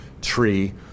tree